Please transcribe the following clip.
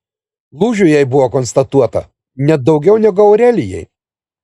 lūžių jai buvo konstatuota net daugiau negu aurelijai